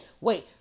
wait